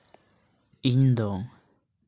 ᱤᱧ ᱫᱚ